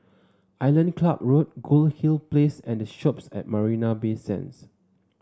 Island Club Road Goldhill Place and The Shoppes at Marina Bay Sands